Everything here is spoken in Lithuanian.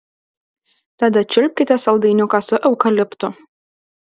tada čiulpkite saldainiuką su eukaliptu